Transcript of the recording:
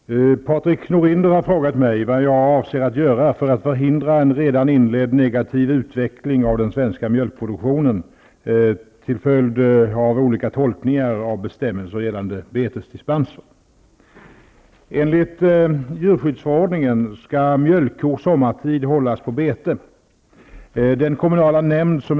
Herr talman! Patrik Norinder har frågat mig vad jag avser att göra för att förhindra en redan inledd negativ utveckling av den svenska mjölkproduktionen till följd av olika tolkningar av bestämmelser gällande betesdispenser.